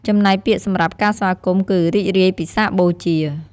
ចំណែកពាក្យសម្រាប់ការសា្វគមន៍គឺ រីករាយពិសាខបូជា។